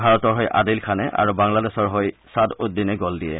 ভাৰতৰ হৈ আদিল খানে আৰু বাংলাদেশৰ হৈ ছাদউদ্দিনে গল দিয়ে